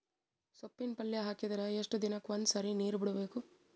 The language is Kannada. ಸೊಪ್ಪಿನ ಪಲ್ಯ ಹಾಕಿದರ ಎಷ್ಟು ದಿನಕ್ಕ ಒಂದ್ಸರಿ ನೀರು ಬಿಡಬೇಕು?